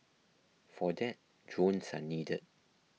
for that drones are needed